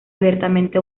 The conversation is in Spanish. abiertamente